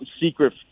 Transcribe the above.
secret